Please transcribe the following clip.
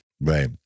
Right